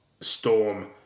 Storm